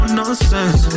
nonsense